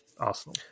arsenal